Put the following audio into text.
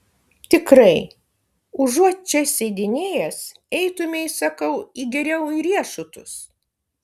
tikrai užuot čia sėdinėjęs eitumei sakau geriau į riešutus